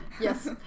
Yes